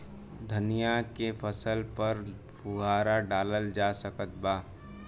धनिया के फसल पर फुहारा डाला जा सकत बा?